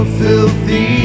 filthy